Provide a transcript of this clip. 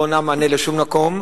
לא נותנת מענה בשום מקום.